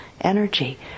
energy